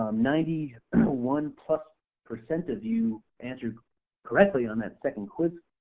um ninety and one plus percent of you answered correctly on that second quiz,